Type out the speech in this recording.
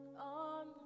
on